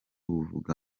buvuga